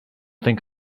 think